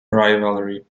rivalry